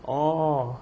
orh